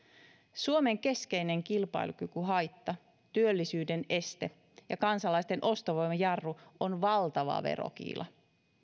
suomen keskeinen kilpailukykyhaitta työllisyyden este ja kansalaisten ostovoiman jarru on valtava verokiila